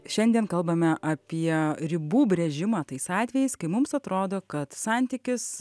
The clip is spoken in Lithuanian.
šiandien kalbame apie ribų brėžimą tais atvejais kai mums atrodo kad santykis